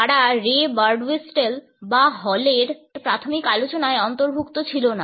তারা Ray Birdwhistell বা হলের প্রাথমিক আলোচনায় অন্তর্ভুক্ত ছিল না